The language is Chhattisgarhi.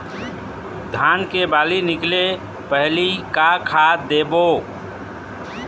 धान के बाली निकले पहली का खाद देबो?